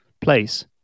place